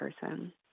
person